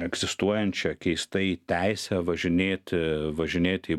egzistuojančia keistai teise važinėti važinėti į